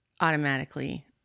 automatically